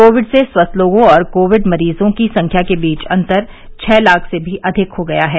Covid से स्वस्थ लोगों और कोविड मरीजों की संख्या के बीच अंतर छः लाख से भी अधिक हो गया है